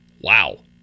wow